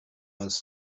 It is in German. uns